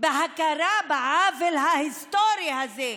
להכרה בעוול ההיסטורי הזה?